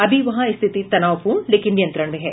अभी वहां स्थिति तनावपूर्ण लेकिन नियंत्रण में है